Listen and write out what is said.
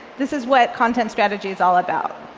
this is what content strategy is all about.